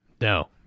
No